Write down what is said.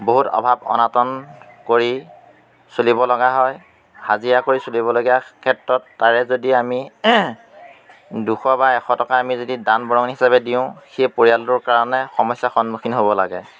বহুত অভাৱ অনাটন কৰি চলিবলগা হয় হাজিৰা কৰি চলিবলগীয়া ক্ষেত্ৰত তাৰে যদি আমি দুশ বা এশ টকা আমি যদি দান বৰঙণি হিচাপে দিওঁ সেই পৰিয়ালটোৰ কাৰণে সমস্যাৰ সন্মুখীন হ'ব লাগে